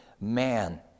man